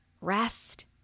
Rest